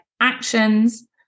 actions